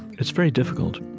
it's very difficult.